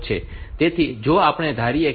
તેથી જો આપણે ધારીએ કે કલોક નો સમયગાળો 0